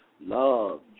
love